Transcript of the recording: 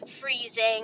freezing